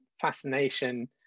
fascination